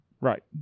Right